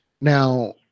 Now